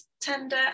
tender